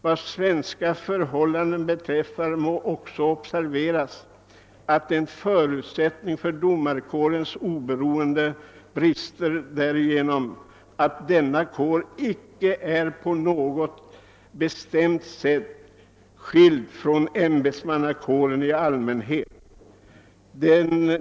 — Vad svenska förhållanden beträffar må också observeras, att en förutsättning för domarkårens oberoende brister därigenom att denna kår icke är på något bestämt sätt skild från ämbetsmannakåren i allmänhet.